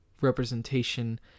representation